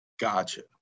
Gotcha